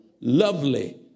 lovely